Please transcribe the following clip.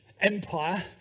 Empire